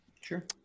Sure